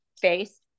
face